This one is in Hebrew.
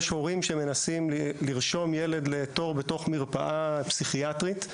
יש הורים שמנסים לרשום ילד לתור בתוך מרפאה פסיכיאטרית,